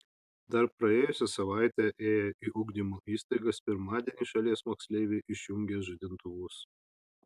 dar praėjusią savaitę ėję į ugdymo įstaigas pirmadienį šalies moksleiviai išjungė žadintuvus